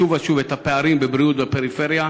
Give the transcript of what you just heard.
שוב ושוב את הפערים בבריאות בפריפריה.